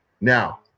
Now